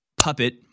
puppet